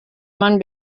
man